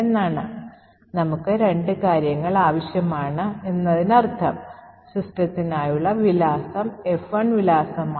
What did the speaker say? അതിനാൽ ഇവിടെ ഒരു കാര്യം ശ്രദ്ധിക്കുക ഈ പ്രത്യേക സ്ഥലത്ത് 0x804847A ൽ പ്രോഗ്രാം അവസാനിച്ചു വെന്നും പരിഷ്ക്കരിച്ച കാനറിയുടെ മൂല്യം 32 32 32 32 ആണെന്നും ഇത് കാണിക്കുന്നു